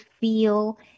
feel